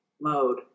mode